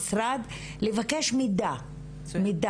כי באמת יש רוח טובה במשרד התרבות, והשר מוביל